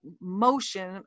motion